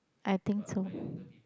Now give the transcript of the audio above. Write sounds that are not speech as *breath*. I think so *breath*